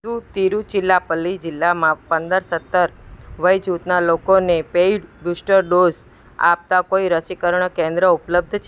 શું તિરુચિરાપલ્લી જિલ્લામાં પંદર સત્તર વર્ષ વયજૂથના લોકોને પેઈડ બુસ્ટર ડોઝ આપતાં કોઈ રસીકરણ કેન્દ્ર ઉપલબ્ધ છે